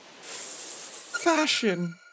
Fashion